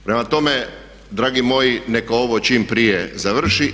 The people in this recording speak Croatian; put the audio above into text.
Prema tome, dragi moji neka ovo čim prije završi.